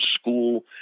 school